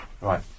Right